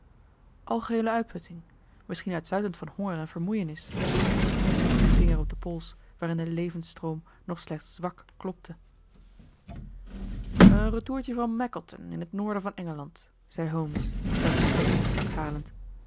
algeheele uitputting misschien uitsluitend van honger en vermoeienis zei ik met mijn vinger op den pols waarin de levensstroom nog slechts zwak klopte een retourtje van mackleton in het noorden van engeland zei holmes het uit zijn vestjeszak halend